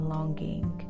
longing